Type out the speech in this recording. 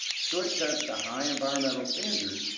so it sets a high environmental standard.